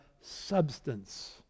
substance